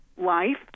life